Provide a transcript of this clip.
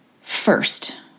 first